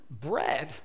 Bread